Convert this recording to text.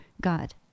God